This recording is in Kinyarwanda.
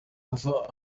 ava